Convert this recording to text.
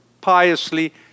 piously